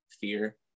Fear